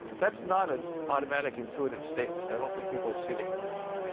that's not a automatic intuitive statement. i don't think people see the connection.